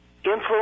influence